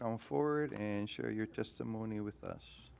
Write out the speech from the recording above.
come forward and share your testimony with us